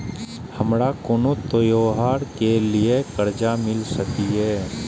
हमारा कोनो त्योहार के लिए कर्जा मिल सकीये?